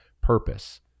purpose